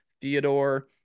Theodore